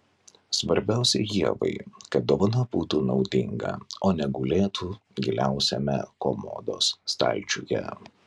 svarbiausia ievai kad dovana būtų naudinga o ne gulėtų giliausiame komodos stalčiuje